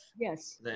Yes